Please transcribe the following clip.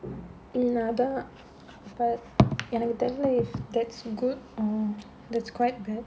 இல்ல அதான்:illa adhaan but எனக்கு தெரில:enakku therila I don't know if that's good or that's quite bad